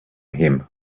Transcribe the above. him